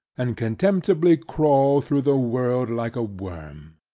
and contemptibly crawls through the world like a worm.